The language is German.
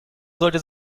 sollte